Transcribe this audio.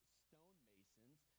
stonemasons